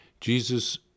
Jesus